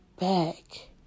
back